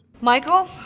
Michael